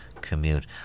commute